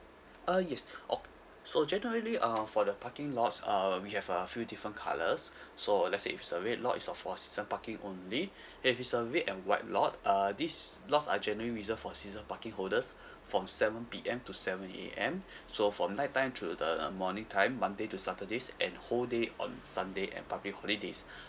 uh yes ok~ so generally uh for the parking lots uh we have a few different colours so uh let's say if the red lot is of for season parking only if it's a red and white lot uh these lots are generally reserved for season parking holders from seven P_M to seven A_M so from night time to the um morning time monday to saturdays and whole day on sunday and public holidays